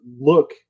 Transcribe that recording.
look